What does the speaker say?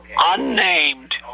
unnamed